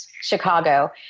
Chicago